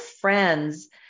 friends